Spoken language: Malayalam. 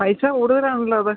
പൈസ കൂടുതൽ ആണല്ലൊ അത്